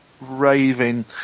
raving